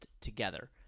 together